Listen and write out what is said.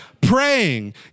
praying